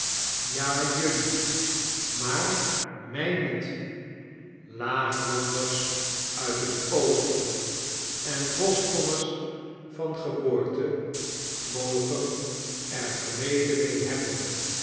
ja jelui maar mij niet laaglanders uit het oosten exx bostonners van geboorte mogen er vrede mee hebben